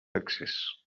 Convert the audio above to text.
excés